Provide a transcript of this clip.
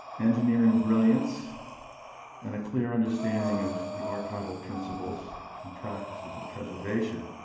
engineering brilliance and a clear understanding of the archival principles and practices of preservation.